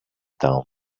down